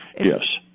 Yes